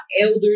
elders